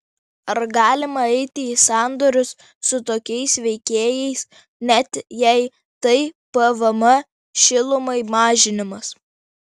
ar galima eiti į sandorius su tokiais veikėjais net jei tai pvm šilumai mažinimas